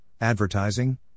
advertising